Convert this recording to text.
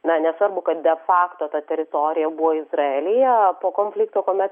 na nesvarbu kad de fakto ta teritorija buvo izraelyje po konflikto kuomet